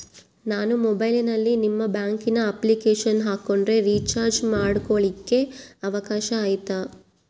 ನಾನು ಮೊಬೈಲಿನಲ್ಲಿ ನಿಮ್ಮ ಬ್ಯಾಂಕಿನ ಅಪ್ಲಿಕೇಶನ್ ಹಾಕೊಂಡ್ರೆ ರೇಚಾರ್ಜ್ ಮಾಡ್ಕೊಳಿಕ್ಕೇ ಅವಕಾಶ ಐತಾ?